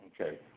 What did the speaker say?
okay